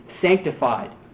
sanctified